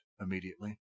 immediately